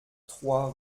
trois